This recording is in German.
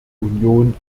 union